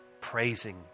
praising